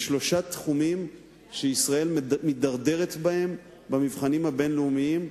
בשלושה תחומים שישראל מידרדרת בהם במבחנים הבין-לאומיים,